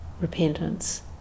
repentance